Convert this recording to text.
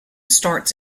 starts